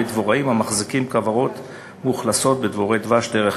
דבוראים המחזיקים כוורות מאוכלסות בדבורי דבש דרך